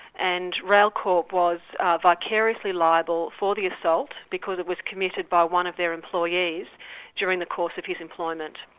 and railcorp was vicariously liable for the assault, because it was committed by one of their employees during the course of his employment.